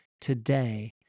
today